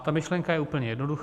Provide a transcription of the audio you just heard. Ta myšlenka je úplně jednoduchá: